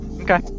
Okay